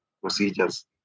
procedures